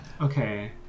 Okay